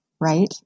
right